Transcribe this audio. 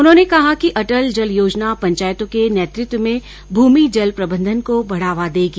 उन्होंने कहा कि अटल जल योजना पंचायतों के नेतृत्व में भूमि जल प्रबंधन को बढ़ावा देगी